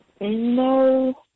no